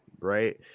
right